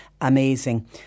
amazing